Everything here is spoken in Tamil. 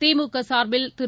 திமுக சார்பில் திரு